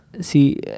see